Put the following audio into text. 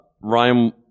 Ryan